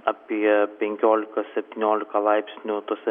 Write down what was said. apie penkiolika septyniolika laipsnių tuose